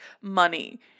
Money